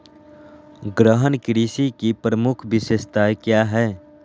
गहन कृषि की प्रमुख विशेषताएं क्या है?